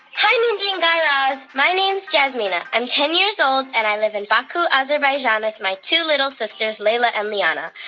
hi, mindy and guy raz. my name's jasmina. i'm ten years old, and i live in baku, azerbaijan, with like my two little sisters, layla and leyana.